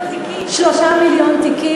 3 מיליון תיקים.